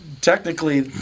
Technically